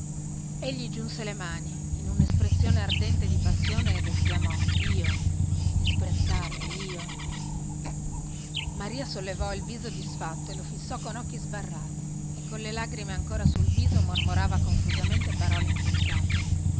egli giunse le mani in unespressione ardente di passione ed esclamò io disprezzarvi io maria sollevò il viso disfatto e lo fissò con occhi sbarrati e colle lagrime ancora sul viso mormorava confusamente parole insensate